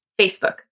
Facebook